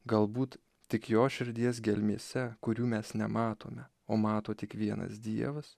galbūt tik jo širdies gelmėse kurių mes nematome o mato tik vienas dievas